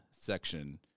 section